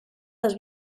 les